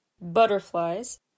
Butterflies